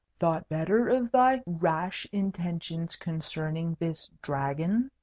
thought better of thy rash intentions concerning this dragon?